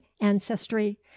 ancestry